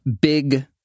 big